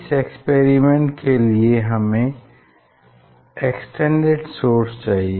इस एक्सपेरिमेंट के लिए हमें एक्सटेंडेड सोर्स चाहिए